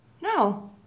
No